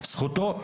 זכותו,